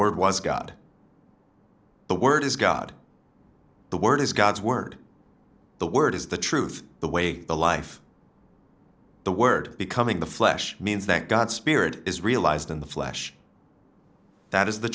word was god the word is god the word is god's word the word is the truth the way the life the word becoming the flesh means that god's spirit is realized in the flesh that is the